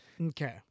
Okay